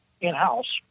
in-house